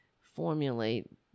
formulate